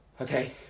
Okay